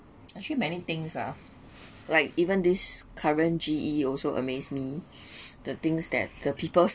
actually many things ah like even this current G_E also amazed me the things that the people's